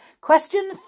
question